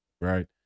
right